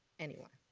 anyone.